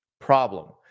problem